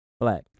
black